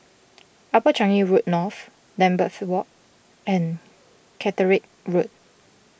Upper Changi Road North Lambeth Walk and Caterick Road